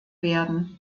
werden